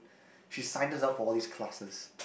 she signed us up for all these classes